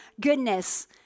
goodness